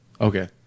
Okay